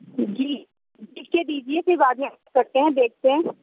جی لکھ کے دیجیے پھر بعد میں کرتے ہیں دیکھتے ہیں